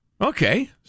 Okay